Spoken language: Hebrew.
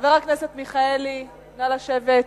חבר הכנסת מיכאלי, נא לשבת.